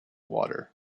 water